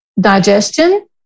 Digestion